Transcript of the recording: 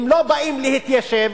הם לא באים להתיישב,